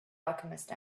alchemist